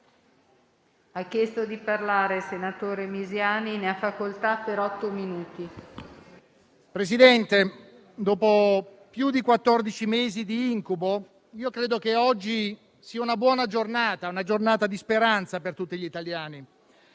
Presidente, dopo più di quattordici mesi di incubo, credo che oggi sia una buona giornata, una giornata di speranza per tutti gli italiani.